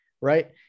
right